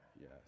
Yes